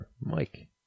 Mike